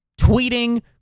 tweeting